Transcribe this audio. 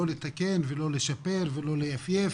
לא לתקן ולא לשפר ולא לייפייף.